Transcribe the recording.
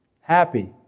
happy